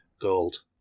gold